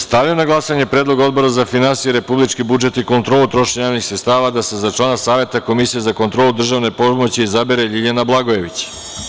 Stavljam na glasanje Predlog Odbora za finansije, republički budžet i kontrolu trošenja javnih sredstava da se za člana Saveta Komisije za kontrolu državne pomoći izabere Ljiljana Blagojević.